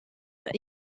est